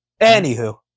Anywho